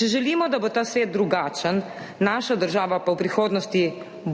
če želimo, da bo ta svet drugačen, naša država pa v prihodnosti